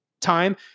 time